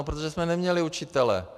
No protože jsme neměli učitele.